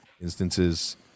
instances